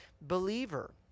believer